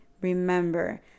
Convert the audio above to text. Remember